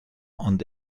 und